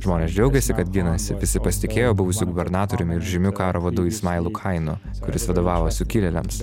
žmonės džiaugėsi kad ginasi visi pasitikėjo buvusiu gubernatoriumi ir žymiu karo vadu ismailu kainu kuris vadovavo sukilėliams